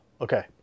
Okay